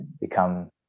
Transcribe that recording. become